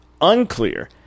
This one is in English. unclear